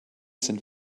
sind